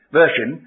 version